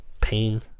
pain